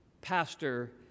pastor